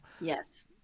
yes